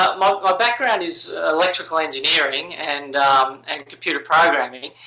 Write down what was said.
ah my background is electrical engineering and and computer programming.